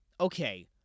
okay